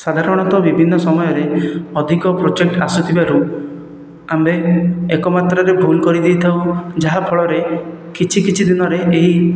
ସାଧାରଣତଃ ବିଭିନ୍ନ ସମୟରେ ଅଧିକ ପ୍ରୋଜେକ୍ଟ ଆସିଥିବାରୁ ଆମ୍ଭେ ଏକମାତ୍ରରେ ଭୁଲ କରିଦେଇ ଥାଉ ଯାହାଫଳରେ କିଛି କିଛି ଦିନରେ ଏହି